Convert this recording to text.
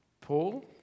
Paul